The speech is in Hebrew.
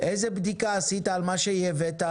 איזו בדיקה עשית על מה שייבאת?